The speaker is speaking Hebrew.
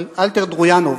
של אלתר דרויאנוב,